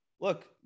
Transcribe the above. look